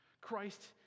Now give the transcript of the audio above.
Christ